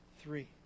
three